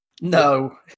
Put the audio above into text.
No